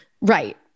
Right